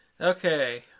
okay